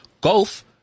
Golf